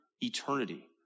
eternity